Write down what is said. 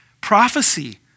Prophecy